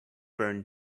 burned